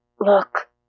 look